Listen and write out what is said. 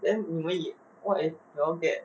then 你们 if what if I don't get